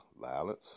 violence